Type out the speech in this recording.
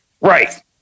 right